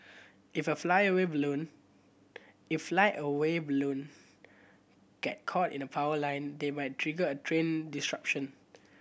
if a flyaway balloon if flyaway balloon get caught in a power line they might trigger a train disruption